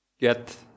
get